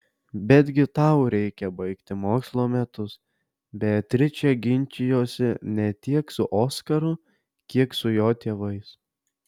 betgi tau reikia baigti mokslo metus beatričė ginčijosi ne tiek su oskaru kiek su jo tėvais